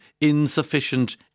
insufficient